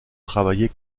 travailler